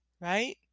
right